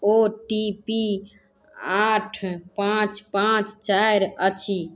ओ T P आठ पाँच पाँच चारि अछि